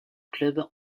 club